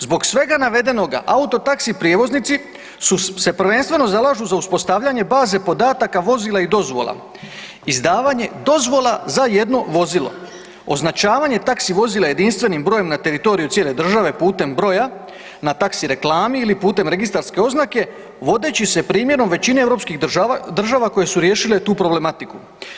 Zbog svega navedenoga auto taxi prijevoznici se prvenstveno zalažu za uspostavljanje baze podataka vozila i dozvola, izdavanje vozila za jedno vozilo, označavanje taxi vozila jedinstvenim brojem na teritoriju cijele države putem broja na taxi reklami ili putem registarske oznake vodeći se primjerom većine europskih država koje su riješile tu problematiku.